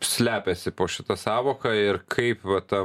slepiasi po šita sąvoka ir kaip va ta